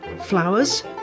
flowers